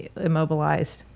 immobilized